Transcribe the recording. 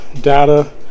data